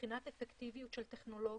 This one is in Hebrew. לבחינת אפקטיביות של טכנולוגיה.